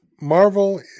Marvel